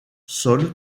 sol